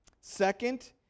Second